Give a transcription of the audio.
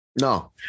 No